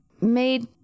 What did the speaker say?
made